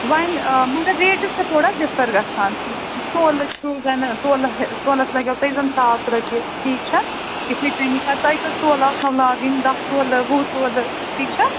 وۅنۍ آ مگر ریٹٕس چھِ تھوڑا ڈِفر گژھان تولہٕ چھُ زَن تولہٕ ژولَس لَگو تۄہہِ زَن ساس رۄپیہِ ٹھیٖک چھا یِتھٕے کٔنی پَتہٕ تۄہہِ کٔژ تولہٕ آسن لاگٕنۍ دَہ ژولہٕ وُہ ژولہٕ ٹھیٖک چھا